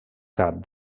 cap